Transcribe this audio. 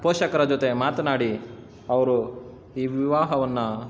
ಪೋಷಕರ ಜೊತೆ ಮಾತನಾಡಿ ಅವರು ಈ ವಿವಾಹವನ್ನು